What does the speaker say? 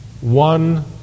one